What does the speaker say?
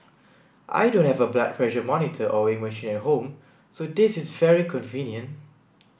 I don't have a blood pressure monitor or weighing machine at home so this is very convenient